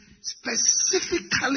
specifically